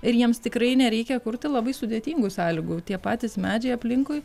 ir jiems tikrai nereikia kurti labai sudėtingų sąlygų tie patys medžiai aplinkui